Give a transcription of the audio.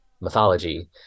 mythology